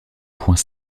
point